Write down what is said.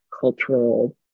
cultural